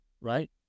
right